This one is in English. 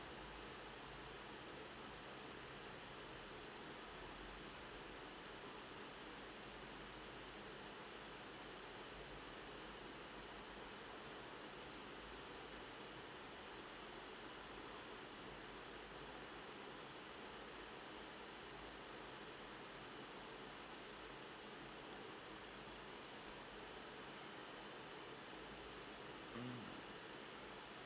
mm